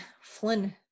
Flynn